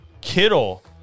Kittle